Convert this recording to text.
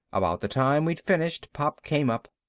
about the time we'd finished, pop came up.